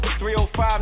305